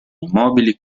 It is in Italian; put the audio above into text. immobili